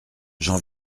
j’en